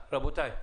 רבותיי,